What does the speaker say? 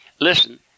listen